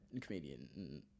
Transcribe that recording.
comedian